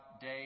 day